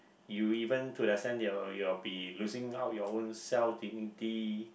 you even to the stand you'll you'll be losing out your own self dignity